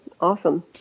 Awesome